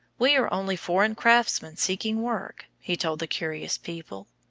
we are only foreign craftsmen seeking work, he told the curious people.